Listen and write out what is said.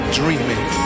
dreaming